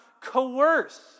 coerce